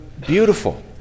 beautiful